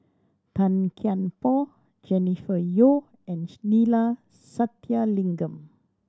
Tan Kian Por Jennifer Yeo and Neila Sathyalingam